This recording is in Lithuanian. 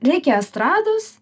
reikia estrados